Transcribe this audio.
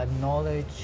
knowledge